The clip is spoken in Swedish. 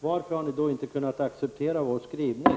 Varför har ni då inte kunnat acceptera vår skrivning?